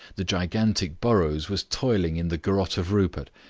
the gigantic burrows was toiling in the garotte of rupert,